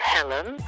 Helen